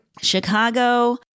Chicago